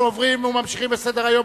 אנחנו עוברים וממשיכים בסדר-היום.